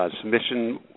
submission